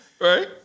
Right